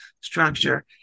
structure